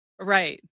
right